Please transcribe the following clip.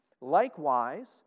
Likewise